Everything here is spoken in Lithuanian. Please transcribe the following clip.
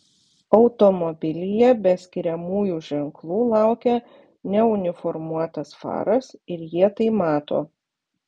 automobilyje be skiriamųjų ženklų laukia neuniformuotas faras ir jie tai mato